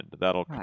That'll